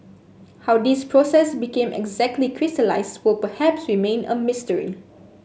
how this process became exactly crystallised will perhaps remain a mystery